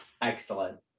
excellent